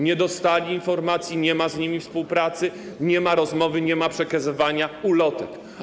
Nie dostali oni informacji, nie ma z nimi współpracy, nie ma rozmowy, nie ma przekazywania ulotek.